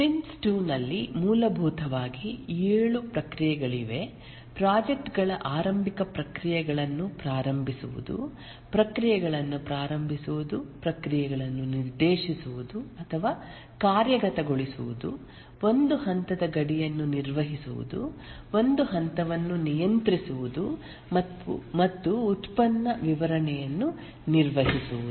prince 2 ನಲ್ಲಿ ಮೂಲಭೂತವಾಗಿ ಏಳು ಪ್ರಕ್ರಿಯೆಗಳಿವೆ ಪ್ರಾಜೆಕ್ಟ್ ಗಳ ಆರಂಭಿಕ ಪ್ರಕ್ರಿಯೆಗಳನ್ನು ಪ್ರಾರಂಭಿಸುವುದು ಪ್ರಕ್ರಿಯೆಗಳನ್ನು ಪ್ರಾರಂಭಿಸುವುದು ಪ್ರಕ್ರಿಯೆಗಳನ್ನು ನಿರ್ದೇಶಿಸುವುದು ಅಥವಾ ಕಾರ್ಯಗತಗೊಳಿಸುವುದು ಒಂದು ಹಂತದ ಗಡಿಯನ್ನು ನಿರ್ವಹಿಸುವುದು ಒಂದು ಹಂತವನ್ನು ನಿಯಂತ್ರಿಸುವುದು ಮತ್ತು ಉತ್ಪನ್ನ ವಿತರಣೆಯನ್ನು ನಿರ್ವಹಿಸುವುದು